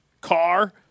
car